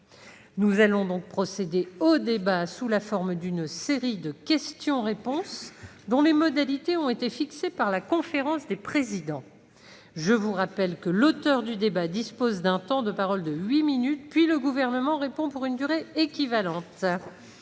Nous allons procéder au débat sous la forme d'une série de questions-réponses dont les modalités ont été fixées par la conférence des présidents. Je rappelle que l'auteur de la demande dispose d'un temps de parole de huit minutes, puis le Gouvernement répond pour une durée équivalente.